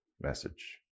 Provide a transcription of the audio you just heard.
message